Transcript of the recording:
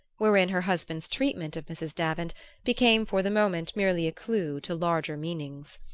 wherein her husband's treatment of mrs. davant became for the moment merely a clue to larger meanings.